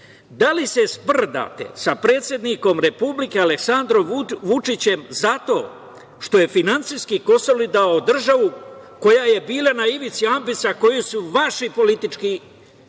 da li se sprdate sa predsednikom Republike, Aleksandrom Vučićem, zato što je finansijski konsolidovao državu koja je bila na ivici ambisa koji su vaši politički